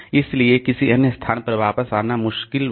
इसलिए किसी अन्य स्थान पर वापस आना बहुत मुश्किल है